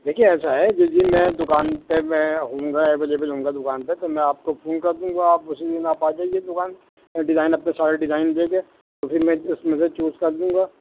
دیکھیے ایسا ہے جس دن میں دوکان پہ میں ہوں گا اویلبل ہوں گا دوکان پہ تو میں آپ کو فون کر دوں گا آپ اسی دن آپ آ جائیے دوکان ڈیزائن اپنے سارے ڈیزائن لے کے تو پھر میں اس میں میں چوز کر دوں گا